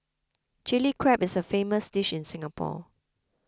Chilli Crab is a famous dish in Singapore